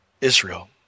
Israel